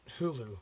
Hulu